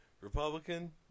Republican